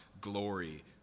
glory